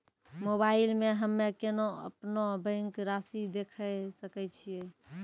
Mobile मे हम्मय केना अपनो बैंक रासि देखय सकय छियै?